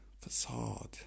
facade